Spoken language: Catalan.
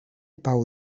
pau